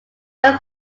will